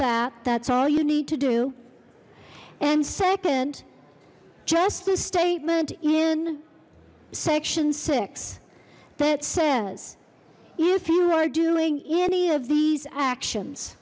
that that's all you need to do and second just the statement in section six that says if you are doing any of these actions